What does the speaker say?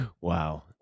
Wow